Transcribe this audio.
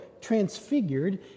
transfigured